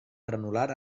granular